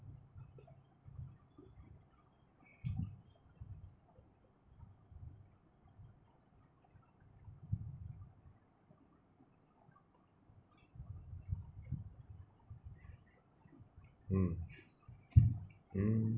mm mm